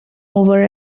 over